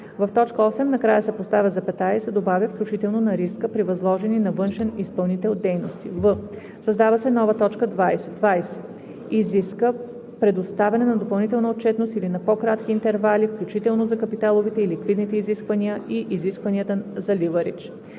в т. 8 накрая се поставя запетая и се добавя „включително на риска при възложени на външен изпълнител дейности“; в) създава се нова т. 20: „20. изиска предоставяне на допълнителна отчетност или на по-кратки интервали, включително за капиталовите и ликвидните изисквания и изискванията за ливъридж“;